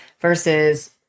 versus